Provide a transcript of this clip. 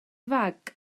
fag